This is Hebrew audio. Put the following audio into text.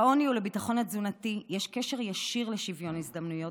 לעוני ולביטחון התזונתי יש קשר ישיר לשוויון הזדמנויות